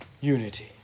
unity